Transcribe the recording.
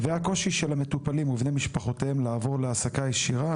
והקושי של המטופלים ובני משפחותיהם לעבור להעסקה ישירה,